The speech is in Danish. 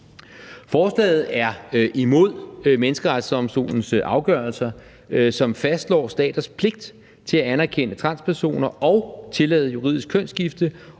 Forslaget er imod Menneskerettighedsdomstolens afgørelser, som fastslår staters pligt til at anerkende transpersoner og tillade juridisk kønsskifte.